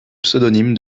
pseudonyme